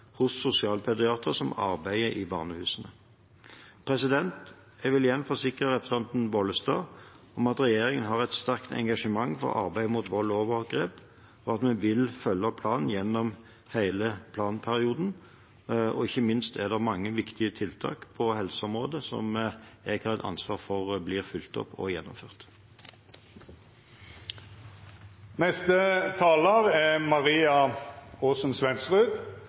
hos sosialpediatere som arbeider i barnehusene. Jeg vil igjen forsikre representanten Bollestad om at regjeringen har et sterkt engasjement for arbeidet mot vold og overgrep, og at vi vil følge opp planen gjennom hele planperioden. Ikke minst er det mange viktige tiltak på helseområdet som jeg har et ansvar for blir fulgt opp og gjennomført.